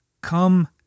Come